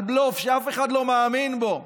על בלוף שאף אחד לא מאמין בו,